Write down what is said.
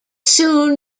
soon